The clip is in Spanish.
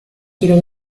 quiero